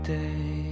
day